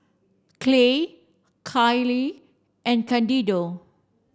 Clay Kylene and Candido